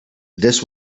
this